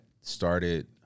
started